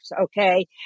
okay